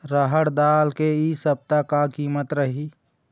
रहड़ दाल के इ सप्ता का कीमत रही?